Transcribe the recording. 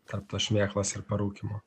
tarp tos šmėklas ir parūkymo